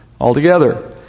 altogether